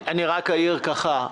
אני רק אעיר ככה,